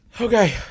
Okay